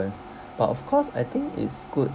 insurance but of course I think it's good